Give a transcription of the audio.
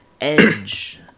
edge